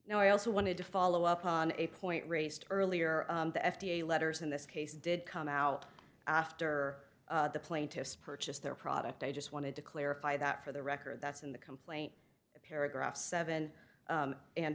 now i also wanted to follow up on a point raised earlier the f d a letters in this case did come out after the plaintiffs purchased their product i just wanted to clarify that for the record that's in the complaint paragraph seven